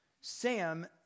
Sam